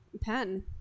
pen